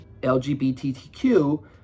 LGBTQ